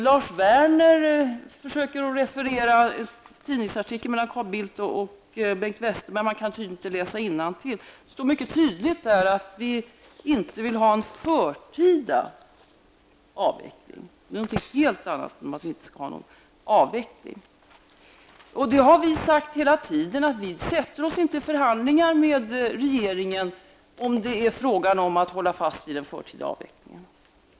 Lars Werner försökte referera tidningsartikeln av Carl Bildt och Bengt Westerberg, men kan tydligen inte läsa innantill. Det står mycket tydligt att vi inte vill ha en förtida avveckling, och det är någonting helt annat än att vi inte vill ha en avveckling. Vi i folkpartiet har hela tiden sagt att vi inte sätter oss i förhandlingar med regeringen om det är fråga om att hålla fast vid den förtida avvecklingen.